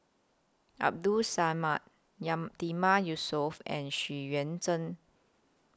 Abdul Samad Yatiman Yusof and Xu Yuan Zhen